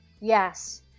Yes